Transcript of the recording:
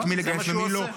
-- את מי לגייס ואת מי לא.